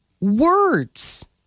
Words